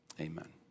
Amen